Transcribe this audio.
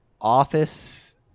Office